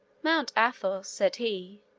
mount athos, said he,